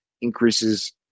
increases